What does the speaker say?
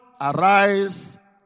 arise